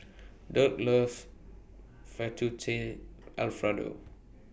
Dirk loves Fettuccine Alfredo